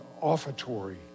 offertory